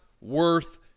worth